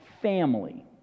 family